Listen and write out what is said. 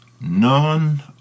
none